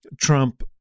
Trump